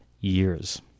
years